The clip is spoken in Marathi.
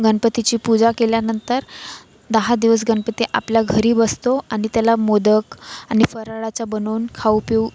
गणपतीची पूजा केल्यानंतर दहा दिवस गणपती आपल्या घरी बसतो आणि त्याला मोदक आणि फराळाचं बनवून खाऊ पिऊ